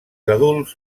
adults